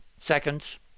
seconds